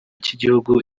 cy’igihugu